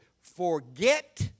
Forget